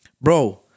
bro